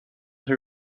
her